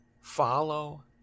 follow